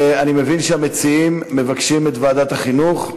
אני מבין שהמציעים מבקשים ועדת החינוך.